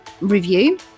review